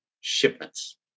shipments